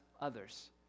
others